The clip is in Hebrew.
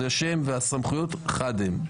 השם והסמכויות חד הם.